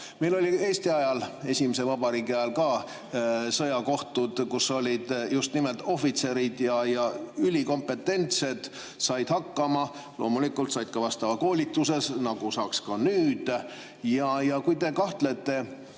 Meil olid Eesti ajal, esimese vabariigi ajal sõjakohtud, kus olid just nimelt ohvitserid ja nad olid ülikompetentsed, said hakkama. Loomulikult nad said ka vastava koolituse, nagu saaks nüüdki. Kui te kahtlete